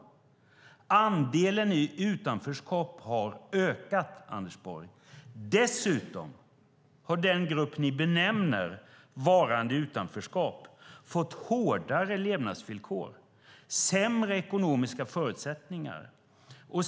Andelen i utanförskap har ökat, Anders Borg. Dessutom har den grupp ni benämner varande i utanförskap fått hårdare levnadsvillkor och sämre ekonomiska förutsättningar.